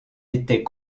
était